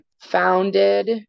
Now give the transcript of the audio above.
founded